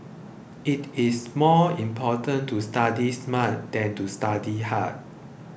it is more important to study smart than to study hard